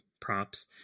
props